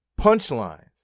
punchlines